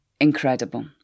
incredible